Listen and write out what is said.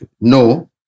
No